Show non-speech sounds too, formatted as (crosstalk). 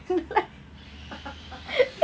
(laughs)